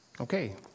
Okay